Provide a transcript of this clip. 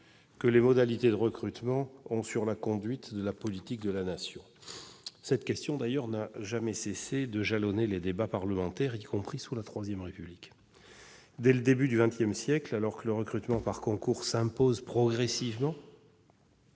de ses modalités sur la conduite de la politique de la Nation. Cette question n'a d'ailleurs cessé de jalonner les débats parlementaires, y compris sous la III République. Dès le début du XX siècle, alors que le recrutement par concours s'impose progressivement,